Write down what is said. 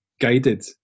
guided